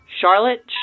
Charlotte